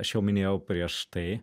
aš jau minėjau prieš tai